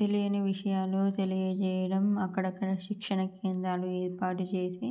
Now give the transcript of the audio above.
తెలియని విషయాలు తెలియజేయడం అక్కడక్కడ శిక్షణ కేంద్రాలు ఏర్పాటు చేసి